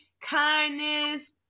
kindness